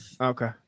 Okay